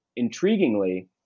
Intriguingly